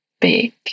big